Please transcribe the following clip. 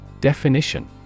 Definition